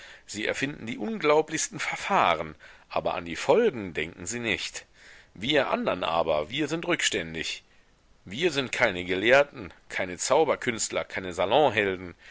sie erfinden die unglaublichsten verfahren aber an die folgen denken sie nicht wir andern aber wir sind rückständig wir sind keine gelehrten keine zauberkünstler keine